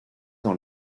dans